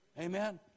Amen